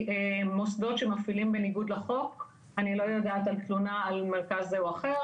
מוסדות שמפעילים בניגוד לחוק אני לא יודעת על תלונה על מרכז זה או אחר,